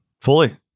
fully